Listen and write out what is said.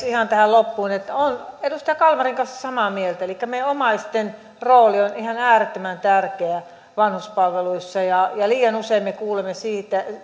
ihan tähän loppuun että olen edustaja kalmarin kanssa samaa mieltä elikkä meidän omaisten rooli on ihan äärettömän tärkeä vanhuspalveluissa ja ja liian usein me kuulemme siitä